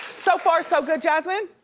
so far so good, jasmine?